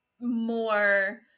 more